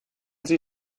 sie